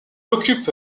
occupe